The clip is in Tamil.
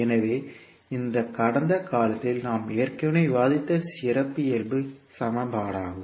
எனவே இது கடந்த காலத்தில் நாம் ஏற்கனவே விவாதித்த சிறப்பியல்பு சமன்பாடாகும்